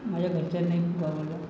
माझ्या घरच्यांनाही खूप आवडला